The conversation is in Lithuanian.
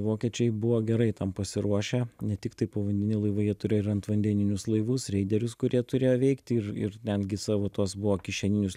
vokiečiai buvo gerai tam pasiruošę ne tiktai povandeniniai laivai jie turėjo ir antvandeninius laivus reiderius kurie turėjo veikti ir ir netgi savo tuos buvo kišeninius